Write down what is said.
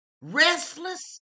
restless